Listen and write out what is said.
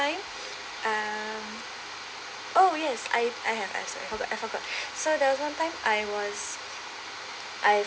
um oh yes I I have sorry hold on I forgot so there was one time I was I